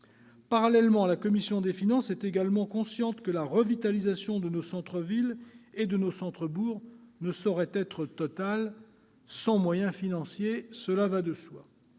Parallèlement, la commission des finances est également consciente que la revitalisation de nos centres-villes et de nos centres-bourgs ne saurait être totale sans moyens financiers. C'est à cette